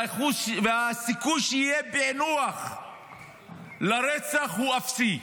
והסיכוי שיהיה פענוח לרצח הוא אפסי.